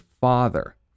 father